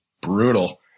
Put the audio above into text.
brutal